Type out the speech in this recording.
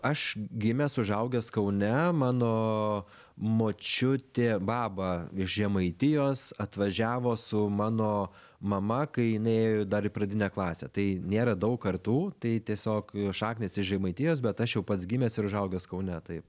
aš gimęs užaugęs kaune mano močiutė baba iš žemaitijos atvažiavo su mano mama kai jinai ėjo dar į pradinę klasę tai nėra daug kartų tai tiesiog šaknys iš žemaitijos bet aš jau pats gimęs ir užaugęs kaune taip